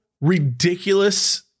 ridiculous